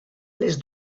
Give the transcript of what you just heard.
les